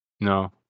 No